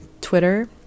Twitter